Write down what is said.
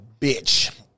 bitch